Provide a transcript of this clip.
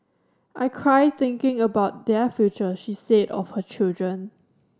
I cry thinking about their future she said of her children